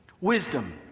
Wisdom